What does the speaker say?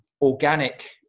organic